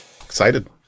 Excited